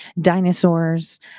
dinosaurs